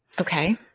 Okay